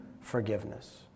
forgiveness